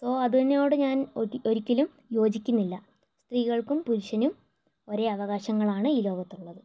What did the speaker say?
so അതിനോട് ഞാൻ ഒരി ഒരിക്കലും യോജിക്കുന്നില്ല സ്ത്രീകൾക്കും പുരുഷനും ഒരേ അവകാശങ്ങളാണ് ഈ ലോകത്തുള്ളത്